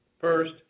First